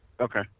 Okay